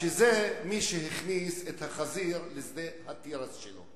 שזה מי שהכניס את החזיר לשדה התירס שלו.